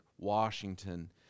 Washington